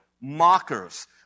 mockers